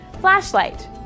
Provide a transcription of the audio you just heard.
Flashlight